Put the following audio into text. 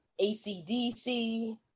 ACDC